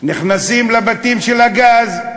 נכנסים לבתים, הגז,